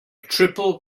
triple